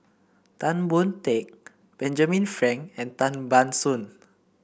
Tan Boon Teik Benjamin Frank and Tan Ban Soon